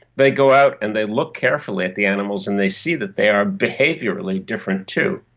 they go out and they look carefully at the animals and they see that they are behaviourally different too.